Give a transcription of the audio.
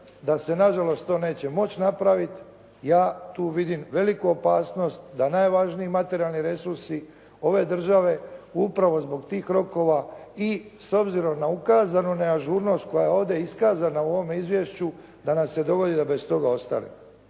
da se nažalost to neće moći napravit, ja tu vidim veliku opasnost da najvažniji materijalni resursi ove države upravo zbog tih rokova i s obzirom na ukazanu neažurnost koja je ovdje iskazana u ovome izvješću, da nam se dogodi da bez toga ostanemo.